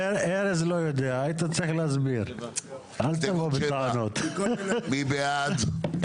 7. הסתייגות מספר 7, מי בעד?